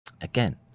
Again